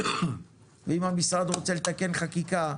ואם המשרד רוצה לתקן חקיקה,